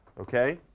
okay.